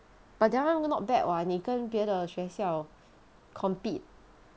but that one not bad [what] 你跟别的学校 compete